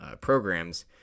programs